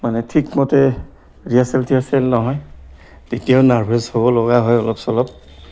মানে ঠিকমতে ৰিহাৰ্চেল টিহাৰ্চেল নহয় তেতিয়াও নাৰ্ভাছ হ'ব লগা হয় অলপ চলপ